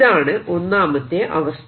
ഇതാണ് ഒന്നാമത്തെ അവസ്ഥ